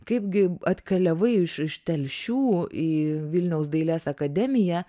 kaipgi atkeliavai iš iš telšių į vilniaus dailės akademiją